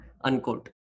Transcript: unquote